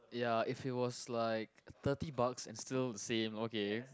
ya if it was like thirty bucks and still the same okay